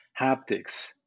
haptics